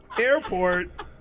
Airport